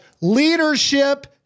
leadership